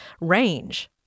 range